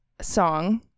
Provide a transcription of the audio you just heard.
song